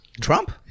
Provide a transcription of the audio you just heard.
Trump